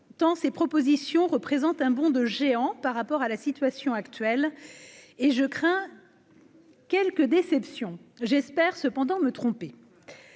tant ces propositions représentent un bond de géant par rapport à la situation actuelle et je crains quelques déceptions j'espère cependant me tromper